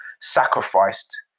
sacrificed